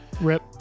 rip